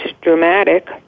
dramatic